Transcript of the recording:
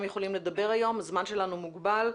יכולים לדבר היום כי הזמן שלנו מוגבל.